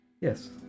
Yes